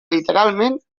literalment